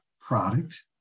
product